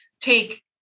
take